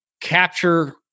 capture